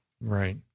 Right